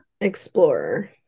Explorer